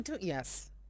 Yes